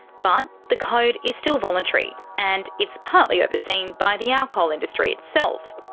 but the code is still voluntary and it's partly overseen by the alcohol industry itself.